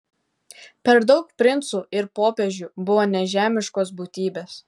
per daug princų ir popiežių buvo nežemiškos būtybės